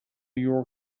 your